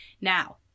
Now